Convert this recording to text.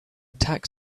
tax